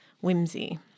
whimsy